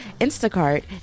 Instacart